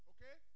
Okay